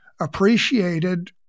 appreciated